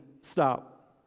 stop